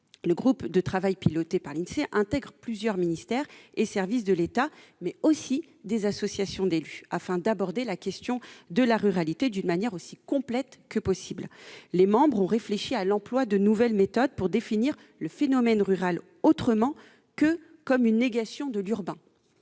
Le groupe de travail qu'il pilote implique plusieurs ministères et services de l'État, mais aussi des associations d'élus, afin d'aborder la question de la ruralité d'une manière aussi complète que possible. Ses membres ont réfléchi à l'emploi de nouvelles méthodes pour définir le phénomène rural autrement que comme une négation de l'urbain.